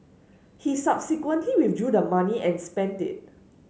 he subsequently withdrew the money and spent it